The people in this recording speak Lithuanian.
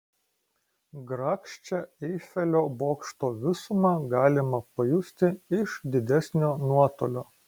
grakščią eifelio bokšto visumą galima pajusti iš didesnio nuotolio